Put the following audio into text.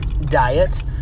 diet